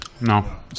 No